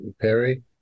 Perry